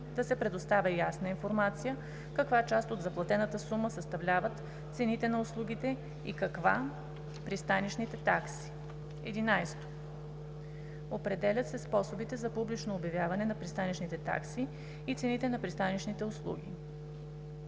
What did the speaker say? да се предоставя ясна информация каква част от заплатената сума съставляват цените на услугите и каква – пристанищните такси; 11. определят се способите за публично обявяване на пристанищните такси и цените на пристанищните услуги.